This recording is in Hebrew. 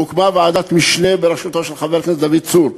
הוקמה ועדת משנה בראשותו של חבר הכנסת דוד צור,